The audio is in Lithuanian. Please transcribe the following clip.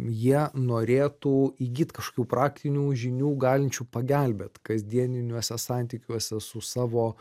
jie norėtų įgyt kažkokių praktinių žinių galinčių pagelbėt kasdieniniuose santykiuose su savo